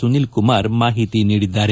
ಸುನಿಲ್ ಕುಮಾರ್ ಮಾಹಿತಿ ನೀಡಿದ್ದಾರೆ